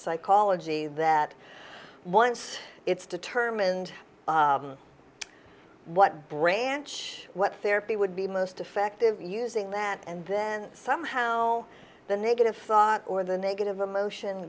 psychology that once it's determined what branch what therapy would be most effective using that and then somehow the negative or the negative emotion